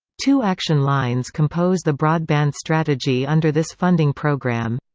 two action lines compose the broadband strategy under this funding program